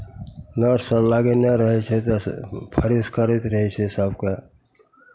नर्ससभ लगयने रहै छै तऽ फरिस करैत रहै छै सभकेँ